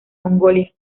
mongolia